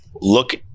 Look